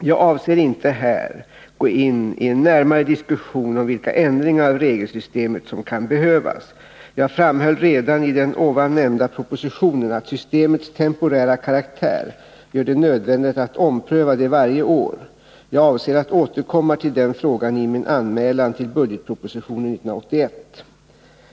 Jag avser inte att I gå in i en närmare diskussion om vilka ändringar av regelsystemet som ki: i behövas. Jag framhöll redan i den ovan nämnda propositionen att systemets temporära karaktär gör det nödvändigt att ompröva det varje år. Jag avser att återkomma till den frågan i min anmälan till budgetpropositionen 1981.